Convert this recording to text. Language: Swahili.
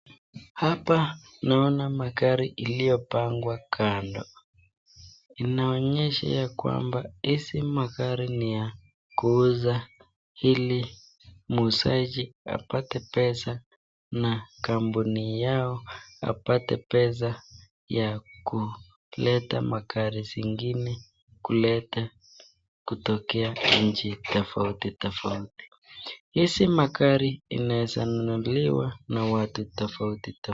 Hapa naona magari ilioopangwa kando inaonyesha ya kwamba hizi magari ni ya kuuza ili muuzaji apate pesa na kampuni yao apate pesa ya kuleta magari zingine kuleta kutokea nchi tofauti tofauti, hizi magari inaweza nunuliwa na watu tofauti tofauti.